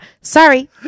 Sorry